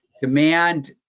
demand